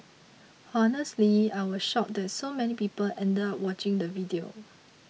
honestly I was shocked that so many people ended up watching the video